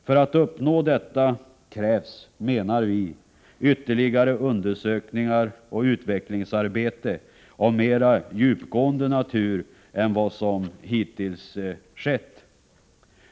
För att uppnå detta krävs, menar vi, ytterligare undersökningar och utvecklingsarbete av mera djupgående natur än vad som hittills skett.